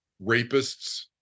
rapists